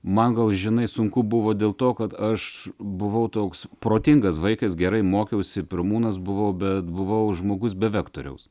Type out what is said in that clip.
man gal žinai sunku buvo dėl to kad aš buvau toks protingas vaikas gerai mokiausi pirmūnas buvau bet buvau žmogus be vektoriaus